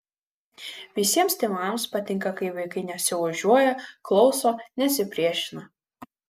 visiems tėvams patinka kai vaikai nesiožiuoja klauso nesipriešina